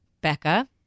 Becca